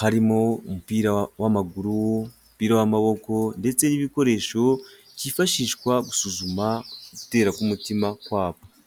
harimo umupira w'amaguru, umupira w'amaboko ndetse n'ibikoresho byifashishwa gusuzuma gutera k'umutima kwabo.